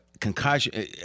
Concussion